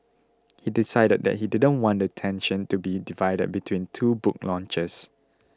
he decided that he didn't want the attention to be divided between two book launches